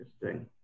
Interesting